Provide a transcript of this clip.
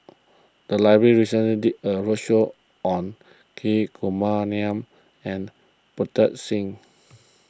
the library recently did a roadshow on Hri Kumar Nair and Pritam Singh